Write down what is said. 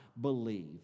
believe